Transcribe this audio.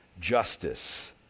justice